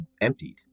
emptied